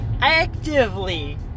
actively